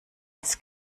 als